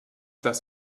das